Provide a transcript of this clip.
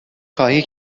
خواهی